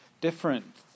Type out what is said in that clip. different